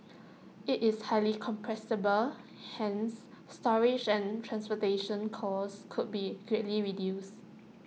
IT is highly compressible hence storage and transportation costs could be greatly reduced